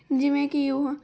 ਜਿਵੇਂ ਕਿ ਉਹ